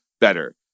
better